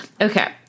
Okay